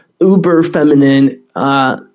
uber-feminine